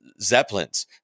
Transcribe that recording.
zeppelins